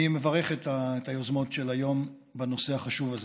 אני מברך את היוזמות של היום בנושא החשוב הזה.